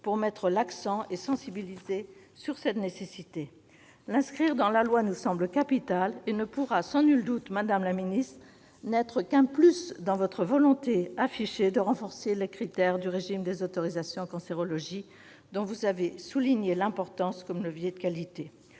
pour mettre l'accent et sensibiliser sur cette nécessité. L'inscrire dans la loi nous semble capital et ne pourra sans nul doute, madame la ministre, qu'être un « plus » dans votre volonté affichée de renforcer les critères du régime des autorisations en cancérologie, dont vous avez souligné l'importance comme levier de qualité.